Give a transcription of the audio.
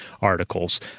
articles